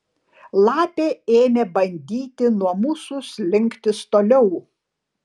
lapė ėmė bandyti nuo mūsų slinktis toliau